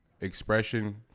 Expression